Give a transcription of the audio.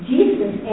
Jesus